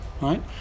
right